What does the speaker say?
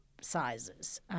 sizes